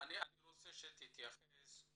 אני רוצה שתתייחס.